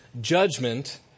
judgment